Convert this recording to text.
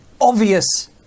obvious